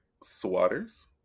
Swatters